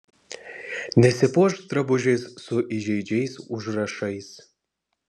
nesipuošk drabužiais su įžeidžiais užrašais